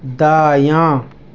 دایاں